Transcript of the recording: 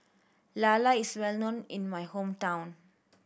lala is well known in my hometown